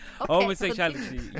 homosexuality